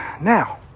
now